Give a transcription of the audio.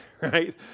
right